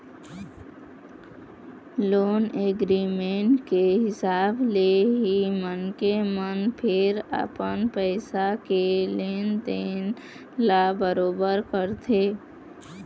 loan agreement के हिसाब ले ही मनखे मन फेर अपन पइसा के लेन देन ल बरोबर करथे